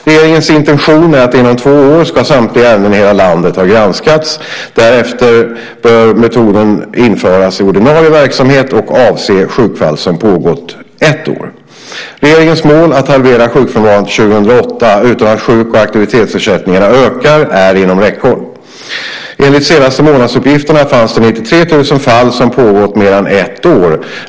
Regeringens intention är att inom två år ska samtliga ärenden i hela landet ha granskats. Därefter bör metoden införas i ordinarie verksamhet och avse sjukfall som pågått ett år. Regeringens mål att halvera sjukfrånvaron till 2008 utan att sjuk och aktivitetsersättningarna ökar är inom räckhåll. Enligt senaste månadsuppgiften fanns 93 000 fall som pågått mer än ett år.